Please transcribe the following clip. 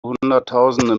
hunderttausende